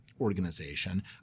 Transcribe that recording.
organization